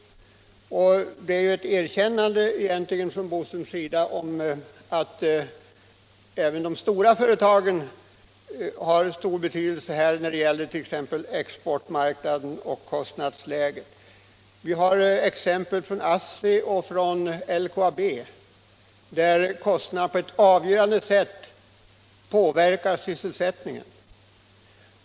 Det är egentligen ett erkännande från herr Boströms sida när han säger att även de stora företagen har stor betydelse för t.ex. exportmarknaden och konkurrensläget. Vi har exempel från ASSI och LKAB, där kostnaden på ett avgörande sätt påverkar sysselsättningen.